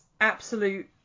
absolute